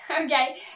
okay